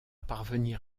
parvenir